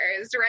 right